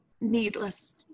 needless